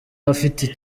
afite